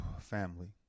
family